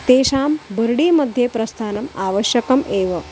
तेषां बर्डिमध्ये प्रस्थानम् आवश्यकम् एव